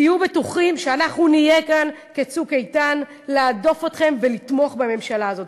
תהיו בטוחים שאנחנו נהיה כאן כצוק איתן להדוף אתכם ולתמוך בממשלה הזאת.